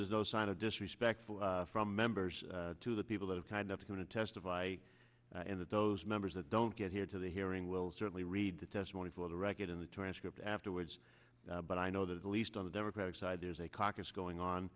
there's no sign of disrespectful from members to the people that are kind of going to testify and that those members that don't get here to the hearing will certainly read the testimony for the record in the transcript afterwards but i know that at least on the democratic side there's a caucus going on